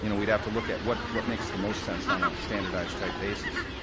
you know we'd have to look at what what makes the most sense on a standardized type basis.